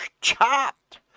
chopped